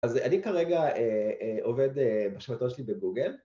‫אז אני כרגע עובד, ‫בשנתון שלי בגוגל.